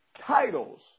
titles